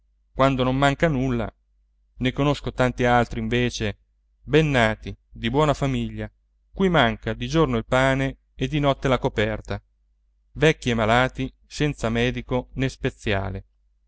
quando non manca nulla ne conosco tanti altri invece ben nati di buona famiglia cui manca di giorno il pane e di notte la coperta vecchi e malati senza medico né speziale